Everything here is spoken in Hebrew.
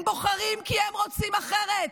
הם בוחרים כי הם רוצים אחרת,